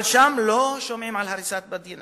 אבל שם לא שומעים על הריסת בתים,